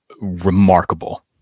remarkable